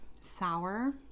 sour